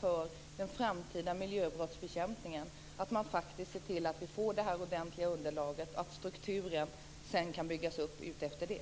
för den framtida miljöbrottsbekämpningen. Vi måste se till att vi får ett ordentligt underlag, så att strukturen sedan kan byggas upp utifrån det.